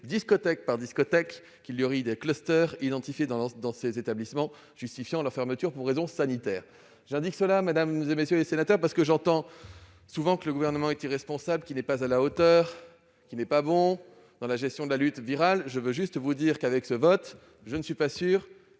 discothèque par discothèque, que des foyers identifiés dans ces établissements justifient leur fermeture pour raisons sanitaires. J'indique cela, mesdames, messieurs les sénateurs, parce que j'entends souvent que le Gouvernement est irresponsable, qu'il n'est pas « à la hauteur », pas bon dans sa gestion de la lutte virale. Je veux juste signaler que, avec ce vote, s'il était